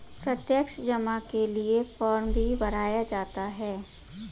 प्रत्यक्ष जमा के लिये फ़ार्म भी भराया जाता है